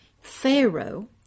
Pharaoh